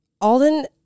Alden